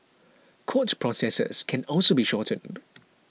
court processes can also be shortened